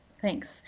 Thanks